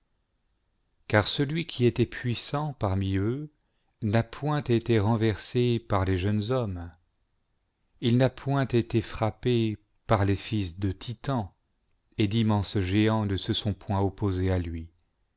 car celui qui était puissant parmi eux n'a point été renversé par les jeunes hommes il n'a point été frappé par les fils de titan et d'immenses géants ne se sont point opposés à lui